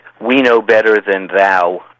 we-know-better-than-thou